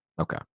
okay